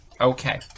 Okay